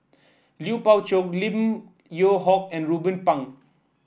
Lui Pao Chuen Lim Yew Hock and Ruben Pang